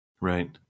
Right